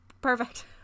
perfect